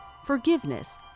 forgiveness